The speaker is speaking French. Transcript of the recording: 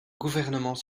gouvernement